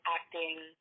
acting